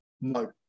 no